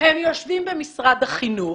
הם יושבים במשרד החינוך,